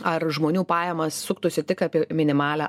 ar žmonių pajamas suktųsi tik apie minimalią